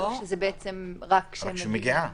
או שאתם יודעים זאת רק כשהיא מגיעה?